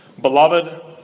Beloved